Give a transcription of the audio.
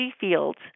fields